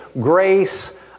grace